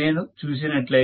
నేను చూసినట్లయితే